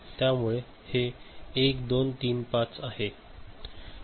त्यामुळे हे 1 2 3 5 आहे